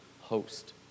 host